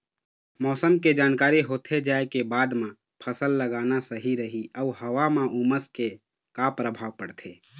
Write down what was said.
मौसम के जानकारी होथे जाए के बाद मा फसल लगाना सही रही अऊ हवा मा उमस के का परभाव पड़थे?